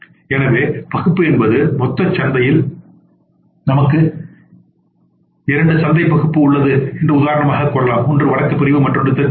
எனவே பகுப்பு என்பது மொத்த சந்தையில் நமக்கு இரண்டு சந்தை பகுப்பு உள்ளது என்று உதாரணமாக கூறலாம் ஒன்று வடக்கு பிரிவு மற்றொன்று தெற்கு பிரிவு